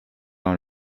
dans